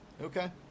Okay